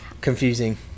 confusing